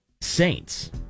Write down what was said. Saints